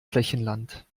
flächenland